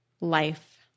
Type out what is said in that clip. life